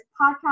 podcast